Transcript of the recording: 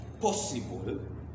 possible